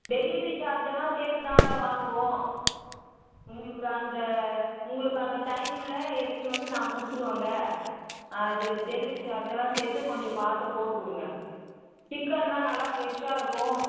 delivery சார்ஜெல்லாம் சேர்த்து தாங்க வாங்குவோம் உங்களுக்கு அந்த உங்களுக்கு அந்த டைமில் எடுத்துன்னு வந்து நாங்கள் கொடுத்துருவோங்க ஆ அது டெலிவரி சார்ஜெல்லாம் சேர்த்து கொஞ்சம் பார்த்து போட்டுக் கொடுங்க சிக்கனெலாம் நல்லா ஃப்ரெஷ்ஷாக இருக்கும்